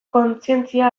kontzientzia